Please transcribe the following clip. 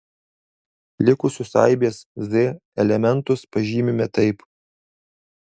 likusius aibės z elementus pažymime taip